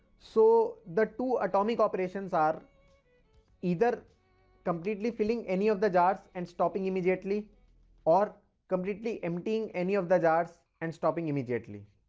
so the two atomic operations are either completely filling any of the jars and stopping immediately or completely emptying any of the jars and stopping immediately.